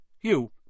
You